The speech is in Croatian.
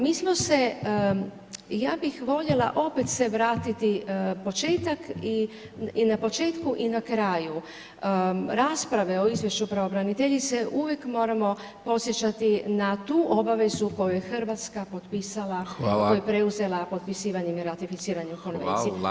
Mi smo se, ja bih voljela opet se vratiti na početak i na početku i na kraju rasprave o Izvješću pravobraniteljice uvijek moramo podsjećati na tu obavezu koju je Hrvatska potpisala, koju je preuzela potpisivanjem i ratificiranjem Konvencije.